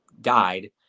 died